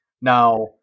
Now